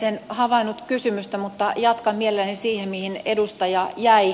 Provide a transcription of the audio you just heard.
en havainnut kysymystä mutta jatkan mielelläni siitä mihin edustaja jäi